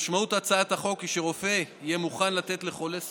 משמעות הצעת החוק היא שרופא יהיה מוכן לתת לחולה סופני,